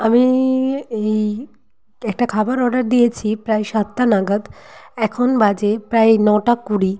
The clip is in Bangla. আমি এই একটা খাবার অর্ডার দিয়েছি প্রায় সাতটা নাগাদ এখন বাজে প্রায় নটা কুড়ি